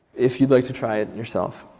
if you would like to try it yourself.